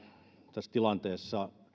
tässä tilanteessa